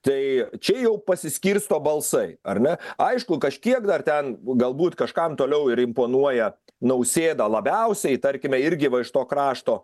tai čia jau pasiskirsto balsai ar ne aišku kažkiek dar ten galbūt kažkam toliau ir imponuoja nausėdą labiausiai tarkime irgi va iš to krašto